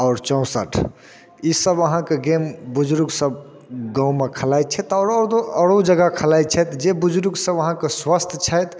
आओर चौसर ई सब आहाँके गेम बुजर्ग सब गाँवमे खेलाइ छथि औरो औरो औरो जगह खेलाइ छथि जे लोक सब अहाँके स्वस्थ्य छथि